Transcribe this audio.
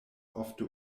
ofte